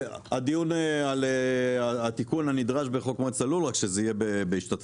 הדיון על התיקון הנדרש בחוק מועצת הלול רק שזה יהיה בהשתתפותנו,